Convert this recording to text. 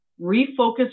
refocus